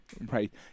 right